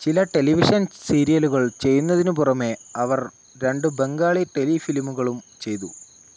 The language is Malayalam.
ചില ടെലിവിഷൻ സീരിയലുകൾ ചെയ്യുന്നതിനു പുറമേ അവര് രണ്ടു ബംഗാളി ടെലിഫിലിമുകളും ചെയ്തു